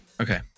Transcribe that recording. okay